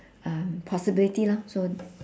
um possibility lor so